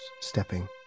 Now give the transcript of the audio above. stepping